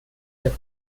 der